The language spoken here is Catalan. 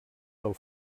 del